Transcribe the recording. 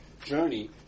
journey